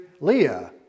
Leah